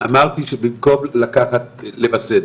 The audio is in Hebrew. אמרתי שבמקום לקחת, צריך למסד.